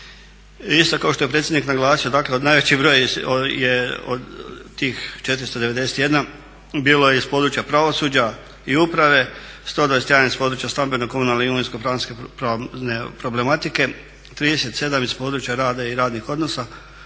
Isto kao što je predsjednik naglasio, dakle najveći broj je tih 491 bilo je iz područja pravosuđa i uprave, 121 iz područja stambeno-komunalne i imovinsko-pravne problematike, 37 iz područja rada i radnih odnosa,